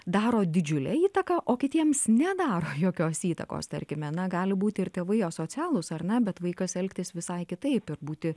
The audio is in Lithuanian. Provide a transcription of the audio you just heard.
daro didžiulę įtaką o kitiems nedaro jokios įtakos tarkime na gali būti ir tėvai asocialūs ar ne bet vaikas elgtis visai kitaip ir būti